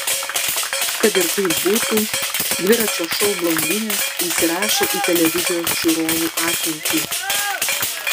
kad ir kaip būtų dviračio šou blondinės įsirašė į televizijos žiūrovų atmintį